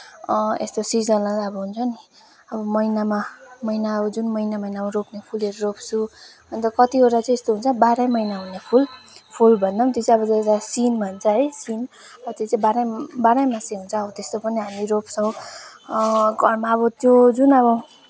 यस्तो सिजनल अब हुन्छ नि अब महिनामा महिना अब जुन महिना महिनामा रोप्ने फुलहरू रोप्छु अन्त कतिवटा चाहिँ यस्तो हुन्छ बाह्रै महिना हुने फुल फुल भन्दा पनि त्यो चाहिँ अब सिन भन्छ है सिन अब त्यो चाहिँ बाह्रै बाह्रै मासे हुन्छ अब त्यस्तो पनि हामी रेप्छौँ घरमा अब त्यो जुन अब